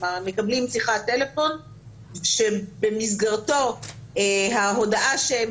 כלומר הם מקבלים שיחת טלפון שבמסגרתו ההודעה שהם